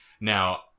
Now